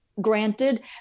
granted